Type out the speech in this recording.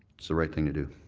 it's the right thing to do.